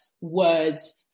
words